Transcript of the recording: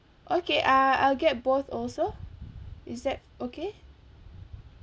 okay uh I'll get both also is that okay